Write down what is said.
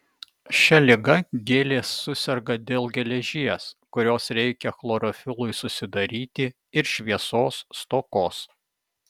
šia liga gėlės suserga dėl geležies kurios reikia chlorofilui susidaryti ir šviesos stokos